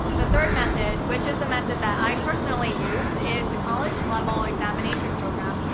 the third method which is the method that i personally used is the college level examination program,